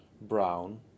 brown